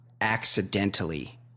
accidentally